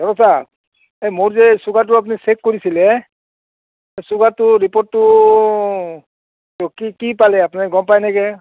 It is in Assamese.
এই মোৰ যে চুগাৰটো আপুনি চেক কৰিছিলে চুগাৰটো ৰিপৰ্টটো কি কি পালে আপুনি গম পায়নে